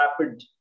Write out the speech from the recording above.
rapid